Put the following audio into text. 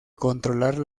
controlar